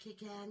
again